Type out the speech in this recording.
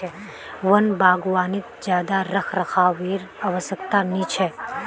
वन बागवानीत ज्यादा रखरखावेर आवश्यकता नी छेक